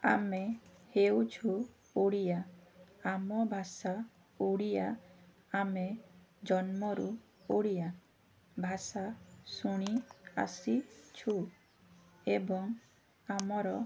ଆମେ ହେଉଛୁ ଓଡ଼ିଆ ଆମ ଭାଷା ଓଡ଼ିଆ ଆମେ ଜନ୍ମରୁ ଓଡ଼ିଆ ଭାଷା ଶୁଣି ଆସିଛୁ ଏବଂ ଆମର